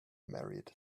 married